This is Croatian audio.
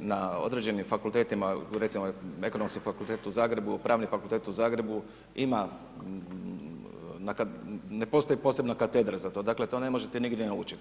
na određenim fakultetima, recimo Ekonomski fakultet u Zagrebu, Pravni fakultet u Zagrebu, ne postoji posebna katedra za to, dakle to ne možete nigdje naučiti.